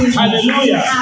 hallelujah